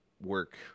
work